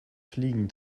fliegen